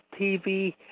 TV